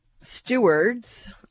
stewards